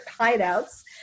hideouts